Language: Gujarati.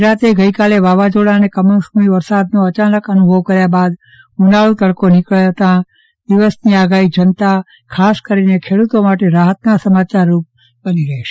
ગુજરાતે ગઇકાલે વાવાઝોડા અને કમાેસમી વરસાદનો અચાનક અનુભવ કર્યા બાદ ઉનાળુ તડકાે નીકળે તે વા દિવસની આગાહી જનતા અને ખાસ કરીને ખેડૂતો માટે રાહતના સમાચાર બની રહેશે